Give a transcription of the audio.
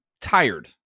tired